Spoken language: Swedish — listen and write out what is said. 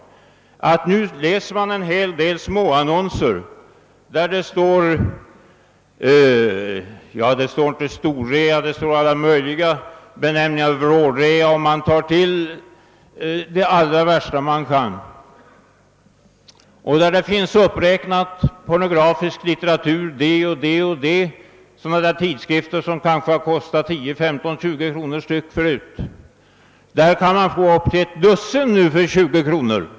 En hel del småannonser innehåller alla möjliga benämningar, t.ex. storrea, vrålrea, och man tar till det allra värsta man kan. Där uppräknas också pornografisk litteratur och pornografiska tidskrifter som kanske har kostat 15—20 kronor per styck. Nu kan man få upp till ett dussin för 20 kronor.